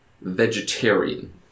Vegetarian